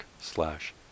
slash